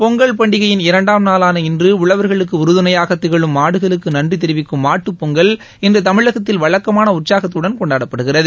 பொங்கல் பண்டிகையின் இரண்டாம் நாளாள இன்று உழவர்களுக்கு உறுதுணையாக திகழும் மாடுகளுக்கு நன்றி தெரிவிக்கும் மாட்டுப் பொங்கல் இன்று தமிழகத்தில் வழக்கமான உற்சாகத்துடன் கொண்டாடப்படுகிறது